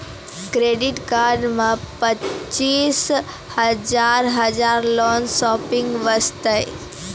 Credit card मे पचीस हजार हजार लोन शॉपिंग वस्ते?